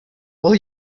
all